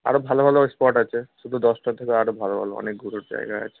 আরো ভালো ভালো স্পট আছে শুধু দশটার থেকে আরো ভালো ভালো অনেক ঘোরার জায়গা আছে